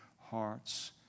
hearts